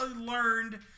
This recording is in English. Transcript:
learned